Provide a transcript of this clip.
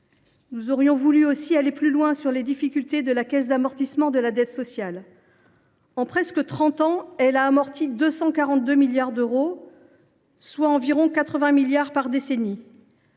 Nous voudrions également aller plus loin sur les difficultés de la Caisse d’amortissement de la dette sociale. En presque trente ans, celle ci a amorti 242 milliards d’euros, soit environ 80 milliards par décennie.